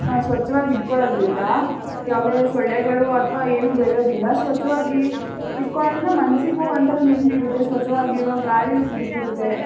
ಸ್ವಚ್ಛವಾಗಿ ಇಟ್ಕೊಳ್ಳೋದ್ರಿಂದ ಯಾವುದೇ ಸೊಳ್ಳೆಗಳು ಅಥವಾ ಏನು ಬೆಳೆಯೋದಿಲ್ಲ ಸ್ವಚ್ಛವಾಗಿ ಇಟ್ಕೊಳ್ಳೋದ್ರಿಂದ ಮನಸ್ಸಿಗೂ ಒಂಥರ ನೆಮ್ಮದಿ ಇರುತ್ತೆ ಸ್ವಚ್ಛವಾಗಿರೋ ಗಾಳಿ ಸಿಗುತ್ತಿರುತ್ತೆ